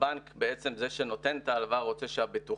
אנחנו עובדים מזה מעל 12 שנה במסגרת של ועדת היגוי בראשות סמנכ"ל.